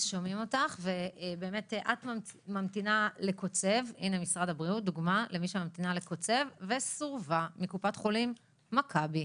את ממתינה לקוצב וקיבלת סירוב מקופת חולים מכבי.